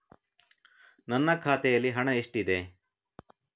ನನ್ನ ಖಾತೆಯಲ್ಲಿ ಹಣ ಎಷ್ಟಿದೆ?